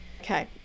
okay